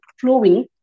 flowing